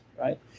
right